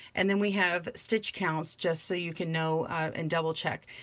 and then we have stitch counts just so you can know and double-check.